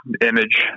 image